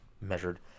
measured